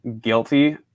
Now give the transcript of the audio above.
guilty